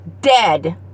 dead